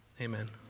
amen